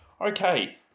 Okay